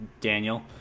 Daniel